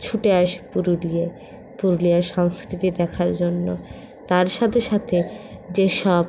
ছুটে আসে পুরুলিয়ায় পুরুলিয়ার সংস্কৃতি দেখার জন্য তার সাথে সাথে যেসব